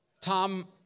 Tom